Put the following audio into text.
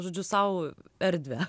žodžiu sau erdvę